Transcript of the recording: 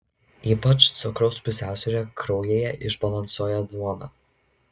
ypač cukraus pusiausvyrą kraujyje išbalansuoja duona